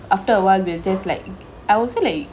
after awhile we'll just like I will say like